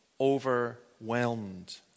overwhelmed